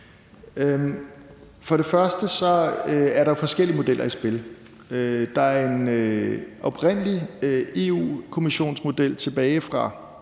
at der jo er forskellige modeller i spil. Der er en oprindelig europakommissionsmodel tilbage fra,